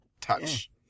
touch